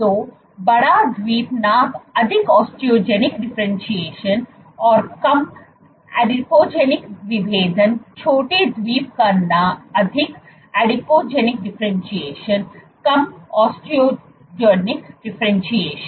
तो बड़ा द्वीप नाप अधिक ओस्टोजेनिक डिफरेंटशिएशन और कम आदिपोजेनिक विभेदन छोटे द्वीप का नाप अधिक एडिपोजेनिक डिफरेंटशिएशन कम ऑस्टियोजेनिक डिफरेंटशिएशन